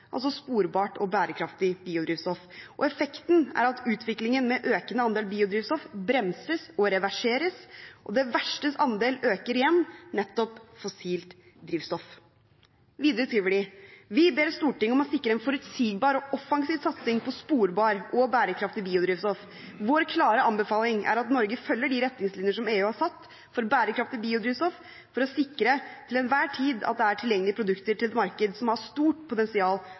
og effekten er at utviklingen med økende andel biodrivstoff bremses og reverseres, og det VERSTEs andel øker igjen Vi ber Stortinget om å sikre en forutsigbar og offensiv satsing på sporbar og bærekraftig biodrivstoff. Vår klare anbefaling er at Norge følger de retningslinjer som EU har satt for bærekraftig biodrivstoff for å sikre til en hver tid har tilgjengelige produkter til et marked som har stort potensial